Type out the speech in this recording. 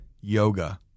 Yoga